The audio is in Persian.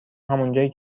همونجایی